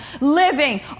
living